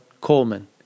Coleman